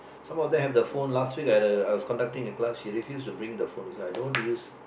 some of them have the phone last week at the I was conducting the class they refuse to bring the phone so I don't want to use